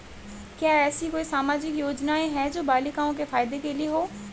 क्या ऐसी कोई सामाजिक योजनाएँ हैं जो बालिकाओं के फ़ायदे के लिए हों?